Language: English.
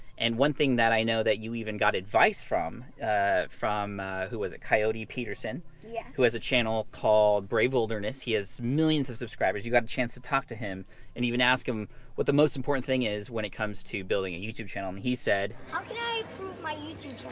and one thing that i know that you even got advice from ah from who was it, coyote peterson? yeah. who has a channel called brave wilderness, he has millions of subscribers, you got a chance to talk to him what and even ask him what the most important thing is when it comes to building a youtube channel. and he said how can youtube like